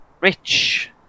rich